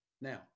Now